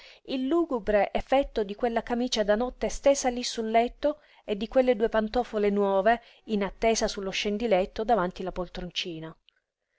il lugubre effetto di quella camicia da notte stesa lí sul letto e di quelle due pantofole nuove in attesa su lo scendiletto davanti la poltroncina